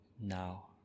now